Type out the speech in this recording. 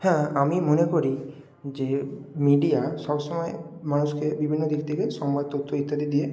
হ্যাঁ আমি মনে করি যে মিডিয়া সব সময় মানুষকে বিভিন্ন দিক থেকে সংবাদ তথ্য ইত্যাদি দিয়ে